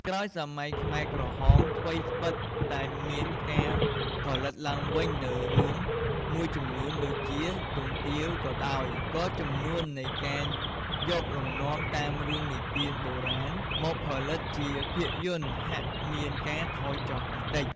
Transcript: ក្រោយសម័យខ្មែរក្រហម ថ្វីត្បិតតែមានការផលិតឡើងវិញនូវរឿងមួយចំនួនដូចជា "ទុំទាវ" ក៏ដោយ ក៏ចំនួននៃការយកលំនាំតាមរឿងនិទានបុរាណមកផលិតជាភាពយន្តហាក់មានការថយចុះបន្តិច។